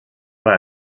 war